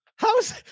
How's